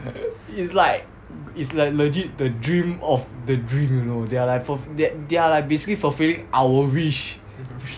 it's like it's like legit the dream of the dream you know they are like ful~ they they are like basically fulfilling our wish